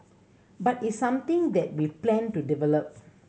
but it's something that we plan to develop